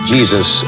Jesus